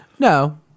No